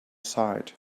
sight